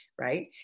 right